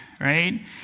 right